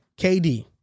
KD